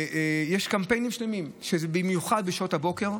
ויש קמפיינים שלמים, וזה במיוחד בשעות הבוקר,